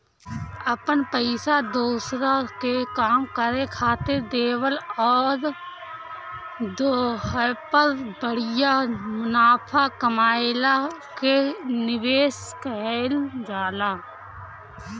अपन पइसा दोसरा के काम करे खातिर देवल अउर ओहपर बढ़िया मुनाफा कमएला के निवेस कहल जाला